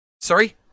sorry